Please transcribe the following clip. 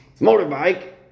motorbike